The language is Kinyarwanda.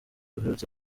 uherutse